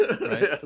right